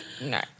No